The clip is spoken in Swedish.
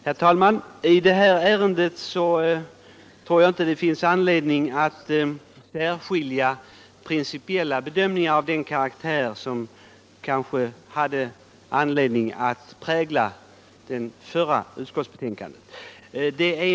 Herr talman! Jag tror inte att det i detta ärende finns anledning att särskilja principiella bedömningar av den karaktär som kanske präglade det förra utskottsbetänkandet.